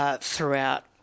throughout